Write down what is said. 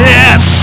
yes